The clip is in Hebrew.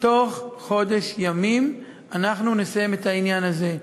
בתוך חודש ימים אנחנו נסיים את העניין הזה.